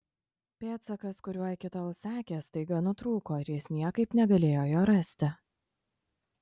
pėdsakas kuriuo iki tol sekė staiga nutrūko ir jis niekaip negalėjo jo rasti